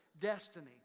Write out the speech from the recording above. destiny